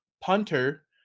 punter